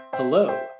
Hello